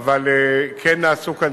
אבל כן נעשו כאן